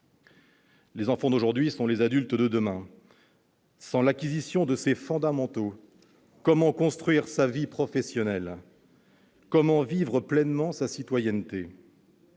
Les enfants d'aujourd'hui sont les adultes de demain. Sans l'acquisition de ces fondamentaux, comment construire sa vie professionnelle, comment vivre pleinement sa citoyenneté ?